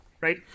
right